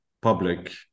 public